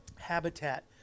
habitat